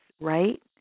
right